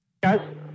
Guys